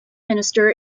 minister